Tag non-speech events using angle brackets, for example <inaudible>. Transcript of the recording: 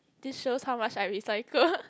this shows how much I recycle <laughs>